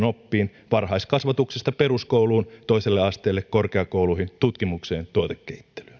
oppiin varhaiskasvatuksesta peruskouluun toiselle asteelle korkeakouluihin tutkimukseen tuotekehittelyyn